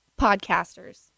podcasters